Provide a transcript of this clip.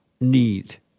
need